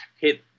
hit